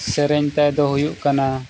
ᱥᱮᱨᱮᱧ ᱛᱟᱭ ᱫᱚ ᱦᱩᱭᱩᱜ ᱠᱟᱱᱟ